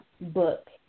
Book